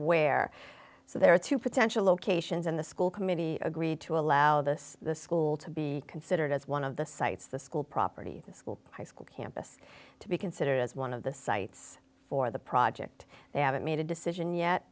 where so there are two potential locations and the school committee agree to allow this the school to be considered as one of the sites the school property the school high school campus to be considered as one of the sites for the project they haven't made a decision yet